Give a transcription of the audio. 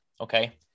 okay